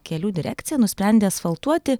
kelių direkcija nusprendė asfaltuoti